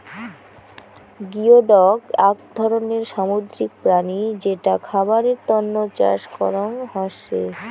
geoduck আক ধরণের সামুদ্রিক প্রাণী যেটা খাবারের তন্ন চাষ করং হসে